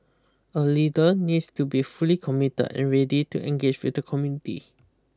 a leader needs to be fully committed and ready to engage with the community